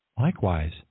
Likewise